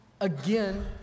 again